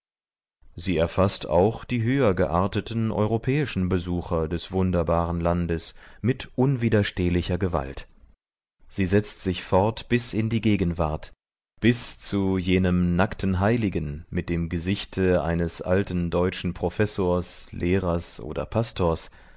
sie erfaßt auch die höher gearteten europäischen besucher des wunderbaren landes mit unwiderstehlicher gewalt sie setzt sich fort bis in die gegenwart bis zu jenem nackten heiligen mit dem gesichte eines alten deutschen professors lehrers oder pastors